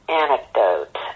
anecdote